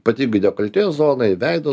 pati dekoltė zonai veido